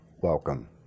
welcome